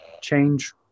change